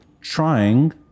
trying